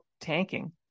tanking